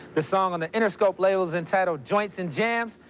the song on the interscope label's and titled joints and jams.